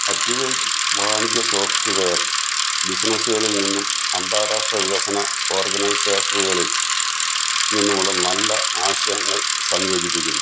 Aptivate വാണിജ്യ software ബിസിനസുകളിൽ നിന്നും അന്താരാഷ്ട്ര വികസന ഓർഗനൈസേഷനുകളിൽ നിന്നുമുള്ള നല്ല ആശയങ്ങൾ സംയോജിപ്പിക്കുന്നു